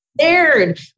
scared